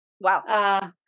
wow